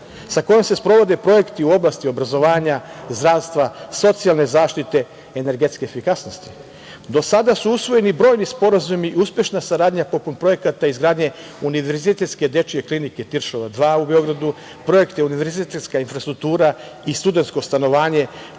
sa kojom se sprovode projekti u oblasti obrazovanja, zdravstva, socijalne zaštite, energetske efikasnosti. Do sada su usvojeni brojni sporazumi i uspešna saradnja poput projekata izgradnje Univerzitetske dečije klinike Tiršova 2 u Beogradu, projekti Univerzitetska infrastruktura i Studentsko stanovanje,